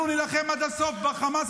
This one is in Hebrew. אנחנו נילחם עד הסוף בחמאס,